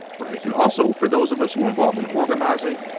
right. and also for those of us who were involved in organizing,